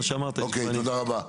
אוקיי, תודה רבה.